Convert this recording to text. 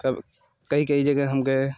कब कई कई जगह हम गए